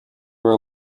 were